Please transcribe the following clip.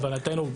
להבנתנו,